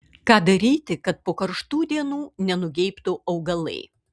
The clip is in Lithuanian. ką daryti kad po karštų dienų nenugeibtų augalai